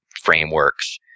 frameworks